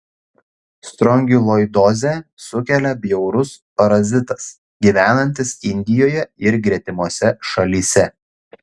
strongiloidozę sukelia bjaurus parazitas gyvenantis indijoje ir gretimose šalyse